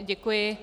Děkuji.